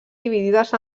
dividides